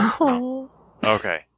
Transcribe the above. Okay